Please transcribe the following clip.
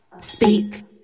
speak